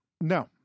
No